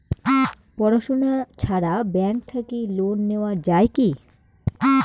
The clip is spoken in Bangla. পড়াশুনা ছাড়া ব্যাংক থাকি লোন নেওয়া যায় কি?